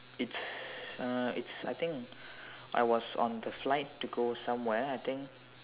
it's uh it's I think I was on the flight to go somewhere I think